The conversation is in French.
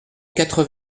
quatre